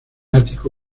ático